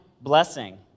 blessing